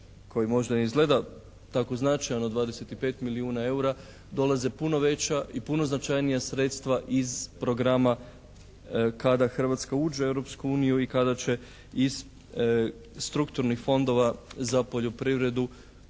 koji možda ne izgleda tako značajno, 25 milijuna EUR-a, dolaze puno veća i puno značajnija sredstva iz programa kada Hrvatska uđe u Europsku uniju i kada će iz strukturnih fondova za poljoprivredu